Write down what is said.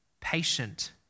patient